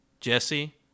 Jesse